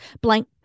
blank